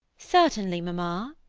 certainly, mamma.